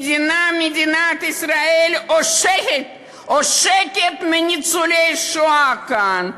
מדינת ישראל עושקת את ניצולי השואה כאן.